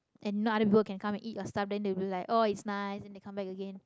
and you know other people can come and eat your stuff then they will be like oh it's nice then they come back again